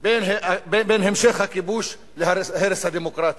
בין המשך הכיבוש להרס הדמוקרטיה.